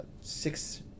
six